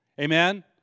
Amen